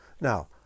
Now